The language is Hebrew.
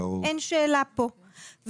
אין שאלה פה,